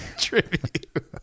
Tribute